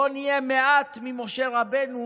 בואו נהיה מעט ממשה רבנו,